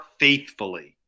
faithfully